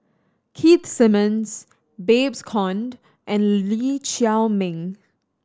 Keith Simmons Babes Conde and Lee Chiaw Meng